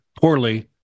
poorly